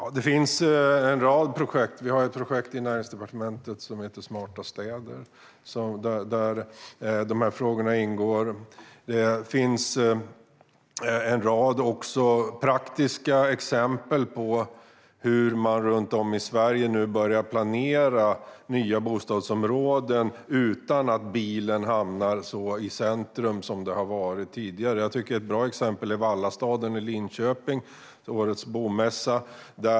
Herr talman! Det finns en rad projekt. Det finns ett projekt i Näringsdepartementet som heter Smarta städer där dessa frågor ingår. Det finns också en rad praktiska exempel på hur man runt om i Sverige börjar planera nya bostadsområden utan att bilen hamnar så i centrum, så som det var tidigare. Jag tycker att ett bra exempel är Vallastaden i Linköping - årets bomässa.